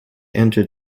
entered